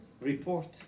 report